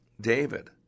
David